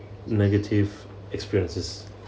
negative experiences